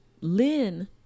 Lynn